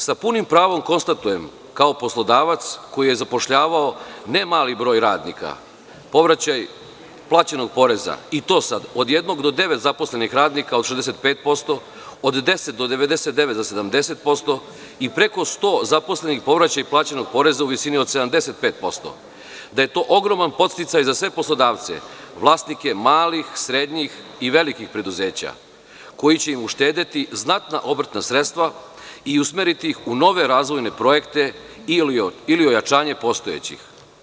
Sa punim pravom konstatujem, kao poslodavac koji je zapošljavao ne mali broj radnika, povraćaj plaćenog poreza i to sad od jednog do devet zaposlenih radnika od 65%, od 10 do 99 za 70% i preko 100 zaposlenih povraćaj plaćenog poreza u visini od 75%, da je to ogroman podsticaj za sve poslodavce, vlasnike malih, srednjih i velikih preduzeća koji će im uštedeti znatna obrtna sredstva iusmeriti ih u nove razvojne projekte ili ojačanje postojećih.